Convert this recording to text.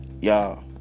Y'all